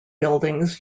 buildings